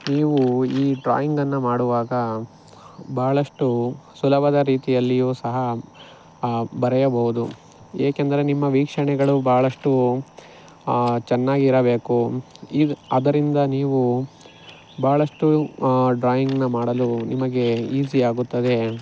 ನೀವು ಈ ಡ್ರಾಯಿಂಗನ್ನು ಮಾಡುವಾಗ ಬಹಳಷ್ಟು ಸುಲಭದ ರೀತಿಯಲ್ಲಿಯೂ ಸಹ ಬರೆಯಬಹುದು ಏಕೆಂದರೆ ನಿಮ್ಮ ವೀಕ್ಷಣೆಗಳು ಬಹಳಷ್ಟು ಚೆನ್ನಾಗಿರಬೇಕು ಈಗ ಅದರಿಂದ ನೀವು ಬಹಳಷ್ಟು ಡ್ರಾಯಿಂಗ್ನ ಮಾಡಲು ನಿಮಗೆ ಈಝಿ ಆಗುತ್ತದೆ